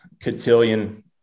cotillion